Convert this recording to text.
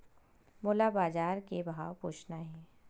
मोला बजार के भाव पूछना हे?